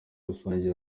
rusange